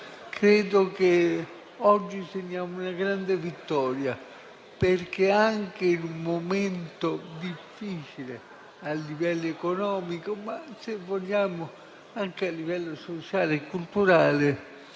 credo che oggi segniamo una grande vittoria, perché anche in un momento difficile a livello economico e - se vogliamo - anche a livello sociale e culturale,